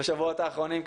בשבועות האחרונים,